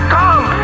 come